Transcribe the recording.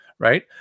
right